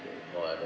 !wah! the